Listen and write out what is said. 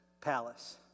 palace